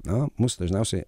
na mus dažniausiai